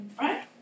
Right